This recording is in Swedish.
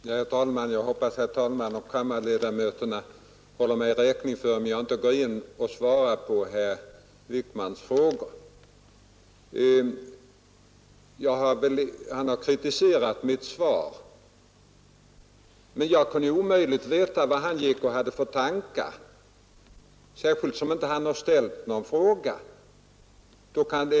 Herr talman! Jag hoppas att herr talmannen och kammarledamöterna håller mig räkning för om jag inte går in och svarar på herr Wijkmans frågor. Han har kritiserat mitt svar, men jag kunde verkligen inte veta vad han gick i för tankar, särskilt som han inte har ställt någon fråga.